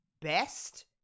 best